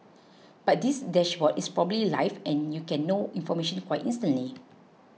but this dashboard is probably live and you can know information quite instantly